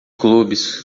clubes